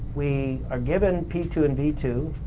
we are given p two and v two,